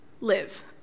live